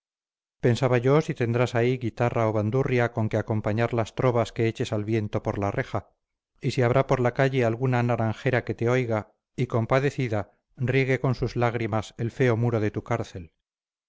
pensaba yo si tendrás ahí guitarra o bandurria con que acompañar las trovas que eches al viento por la reja y si habrá por la calle alguna naranjera que te oiga y compadecida riegue con sus lágrimas el feo muro de tu cárcel